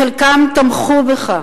חלקם תמכו בך,